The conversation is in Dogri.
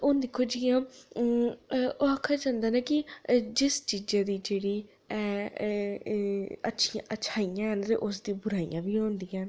हून दिक्खो जि'यां ऊं अ ओह् आक्खेआ जंदा ऐ कि जिस चीजै बिच जेह्ड़ी है अ अ अच्छी अच्छाइयां हैन ते उसदियां बुराइयां बी होंदियां न